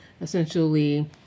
essentially